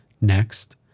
Next